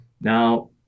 Now